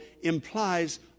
implies